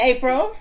April